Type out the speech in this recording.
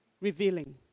revealing